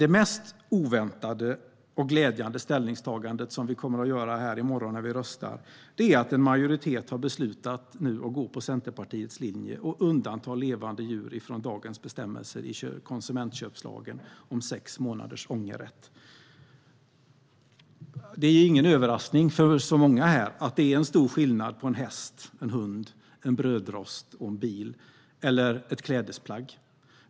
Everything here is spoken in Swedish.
Det mest oväntade och glädjande ställningstagandet vi kommer att göra här i morgon när vi röstar är att en majoritet har beslutat gå på Centerpartiets linje och undanta levande djur från dagens bestämmelser i konsumentköplagen om sex månaders ångerrätt. Det är ingen överraskning för många här att det är stor skillnad på en häst, en hund, en brödrost, en bil, eller ett klädesplagg.